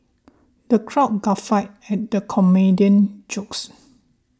the crowd guffawed at the comedian jokes